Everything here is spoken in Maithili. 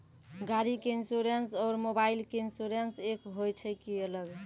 गाड़ी के इंश्योरेंस और मोबाइल के इंश्योरेंस एक होय छै कि अलग?